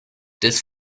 this